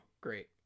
Great